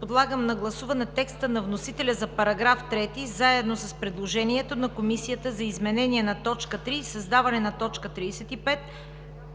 Подлагам на гласуване текста на вносителя за § 3 заедно с предложението на Комисията за изменение на т. 3 и създаване на т. 35,